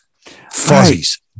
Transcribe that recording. fuzzies